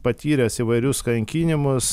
patyręs įvairius kankinimus